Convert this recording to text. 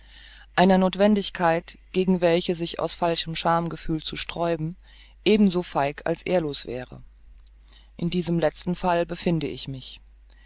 einer nothwendigkeit gegen welche sich aus falschem schamgefühl zu sträuben eben so feig als ehrlos wäre in diesem letzten falle befinde ich mich